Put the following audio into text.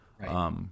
Right